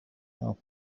how